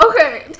Okay